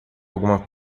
alguma